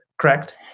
correct